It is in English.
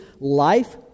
life